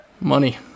money